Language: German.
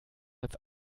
als